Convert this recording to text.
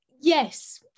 Yes